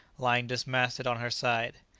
lying dismasted on her side.